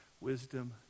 wisdom